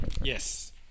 Yes